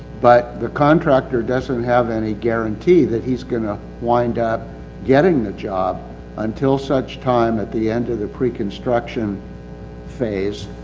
but the contractor doesn't have any guarantee that he's gonna wind up getting the job until such time at the end of the pre-construction phase.